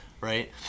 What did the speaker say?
right